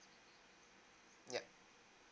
yup